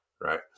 right